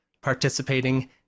participating